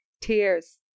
Tears